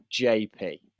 jp